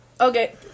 Okay